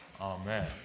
Amen